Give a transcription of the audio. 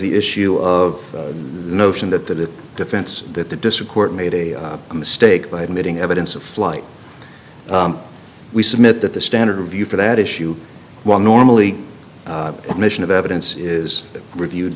the issue of the notion that the defense that the district court made a mistake by admitting evidence of flight we submit that the standard view for that issue while normally admission of evidence is reviewed